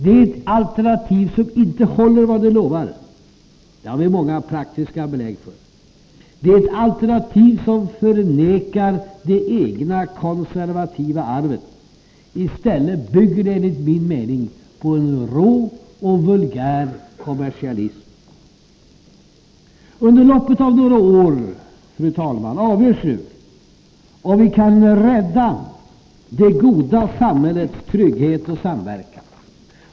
Det är ett alternativ som inte håller vad det lovar — det har vi många praktiska belägg för. Det är ett alternativ som förnekar det egna konservativa arvet. I stället bygger det, enligt min mening, på en rå och vulgär kommersialism. Under loppet av några år, fru talman, avgörs nu om vi kan rädda det goda samhällets trygghet och samverkan.